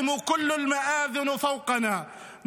(אומר דברים בשפה הערבית, להלן תרגומם: ).